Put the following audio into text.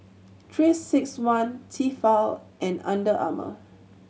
Three Six One Tefal and Under Armour